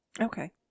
Okay